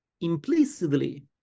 implicitly